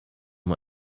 mal